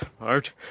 Art